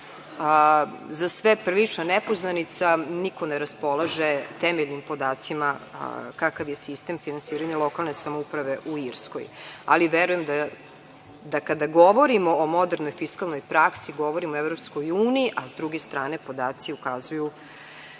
za sve prilična nepoznanica, niko ne raspolaže temeljnim podacima kakav je sistem finansiranja lokalne samouprave u Irskoj. Ali, verujem da kada govorimo o modernoj fiskalnoj praksi, govorimo o EU, a s druge strane, podaci ukazuju